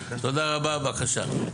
תודה רבה בבקשה.